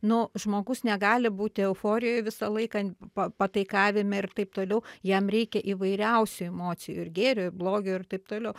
nu žmogus negali būti euforijoj visą laiką pataikavime ir taip toliau jam reikia įvairiausių emocijų ir gėrio ir blogio ir taip toliau